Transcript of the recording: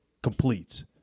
completes